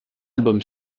album